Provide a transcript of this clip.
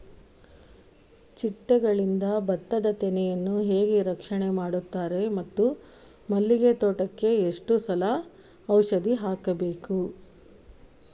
ಚಿಟ್ಟೆಗಳಿಂದ ಭತ್ತದ ತೆನೆಗಳನ್ನು ಹೇಗೆ ರಕ್ಷಣೆ ಮಾಡುತ್ತಾರೆ ಮತ್ತು ಮಲ್ಲಿಗೆ ತೋಟಕ್ಕೆ ಎಷ್ಟು ಸಲ ಔಷಧಿ ಹಾಕಬೇಕು?